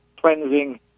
cleansing